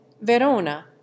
Verona